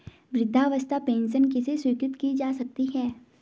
वृद्धावस्था पेंशन किसे स्वीकृत की जा सकती है?